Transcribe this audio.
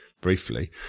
briefly